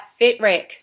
FitRec